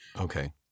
Okay